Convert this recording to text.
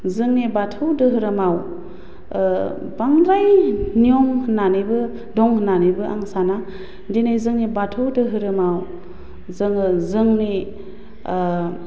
जोंनि बाथौ दोहोरोमाव बांद्राय नियम होन्नानैबो दं होन्नानैबो आं साना दिनै जोंनि बाथौ दोहोरोमाव जोङो जोंनि